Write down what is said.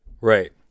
Right